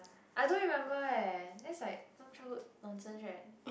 I don't remember [eh]that is like some childhood nonsense right